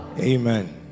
Amen